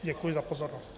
Děkuji za pozornost.